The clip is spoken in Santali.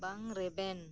ᱵᱟᱝ ᱨᱮᱵᱮᱱ